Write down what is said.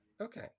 Okay